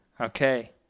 Okay